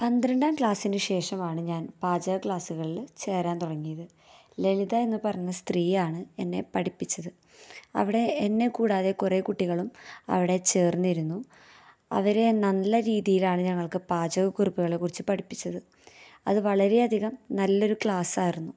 പന്ത്രണ്ടാം ക്ലാസിന് ശേഷമാണ് ഞാന് പാചക ക്ലാസുകളിൽ ചേരാന് തുടങ്ങിയത് ലളിത എന്ന് പറഞ്ഞ സ്ത്രീയാണ് എന്നെ പഠിപ്പിച്ചത് അവിടെ എന്നെക്കൂടാതെ കുറെ കുട്ടികളും അവിടെ ചേര്ന്നിരുന്നു അവരെ നല്ല രീതിയിലാണ് ഞങ്ങള്ക്ക് പാചകക്കുറിപ്പുകളെക്കുറിച്ച് പഠിപ്പിച്ചത് അത് വളരേയധികം നല്ലൊരു ക്ലാസായിരുന്നു